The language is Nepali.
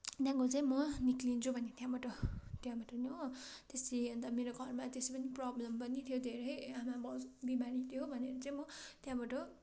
त्यहाँको चाहिँ म निस्कन्छु भने त्यहाँबाट त्यहाँबा पनि हो त्यसरी अन्त मेरो घरमा त्यसै पनि प्रब्लम पनि थियो धेरै आमा बाउ बिमारी थियो भनेर चाहिँ म त्यहाँबाट